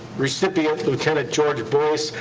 recipient, lieutenant george boyce,